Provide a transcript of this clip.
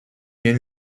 yeni